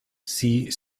sie